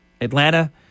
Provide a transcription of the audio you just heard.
Atlanta